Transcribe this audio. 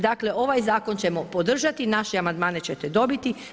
Dakle, ovaj zakon ćemo podržati, naše amandmane ćete dobiti.